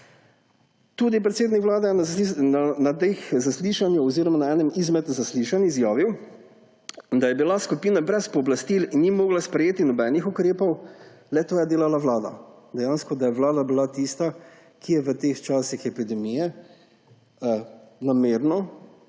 Predsednik vlade je na enem izmed zaslišanj izjavil, da je bila skupina brez pooblastil in ni mogla sprejetih nobenih ukrepov. Le-to je delala vlada. Dejansko je bila vlada tista, ki je v teh časih epidemije namerno,